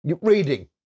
reading